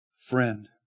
friend